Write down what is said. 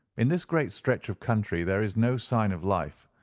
in this great stretch of country there is no sign of life,